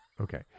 Okay